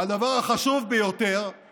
והדבר החשוב ביותר הוא